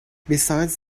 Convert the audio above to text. besides